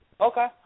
Okay